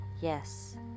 yes